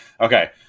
Okay